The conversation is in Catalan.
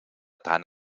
tant